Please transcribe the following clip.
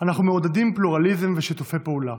אנחנו מעודדים פלורליזם ושיתופי פעולה.